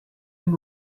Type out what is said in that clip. and